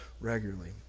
regularly